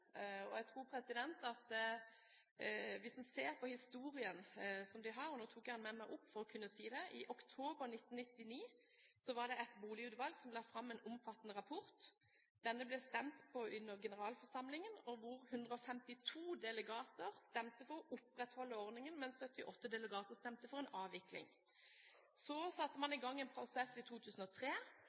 Jeg tror at en skal se på historien her. Nå tok jeg dette papiret med meg opp for å kunne lese følgende: I oktober 1999 var det et boligutvalg som la fram en omfattende rapport. Denne ble det stemt over under generalforsamlingen. 152 delegater stemte for å opprettholde ordningen, mens 78 delegater stemte for en avvikling. Så satte man i gang en prosess i 2003,